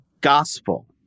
gospel